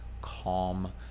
calm